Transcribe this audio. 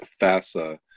FASA